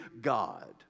God